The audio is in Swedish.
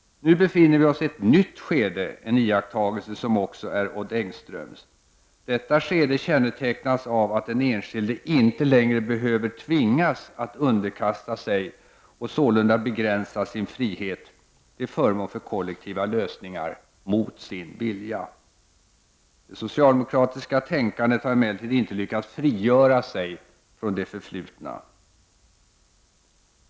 Nu befinner vi oss i ett nytt skede, en iakttagelse som också är Odd Engströms. Detta skede kännetecknas av att den enskilde inte längre behöver tvingas att underkasta sig och sålunda begränsa sin frihet till förmån för kollektiva lösningar mot sin vilja. Det socialdemokratiska tänkandet har emellertid inte lyckats frigöra sig från det förflutna.